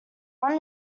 one